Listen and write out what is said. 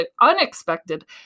unexpected